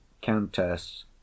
Countess